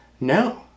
No